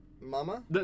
Mama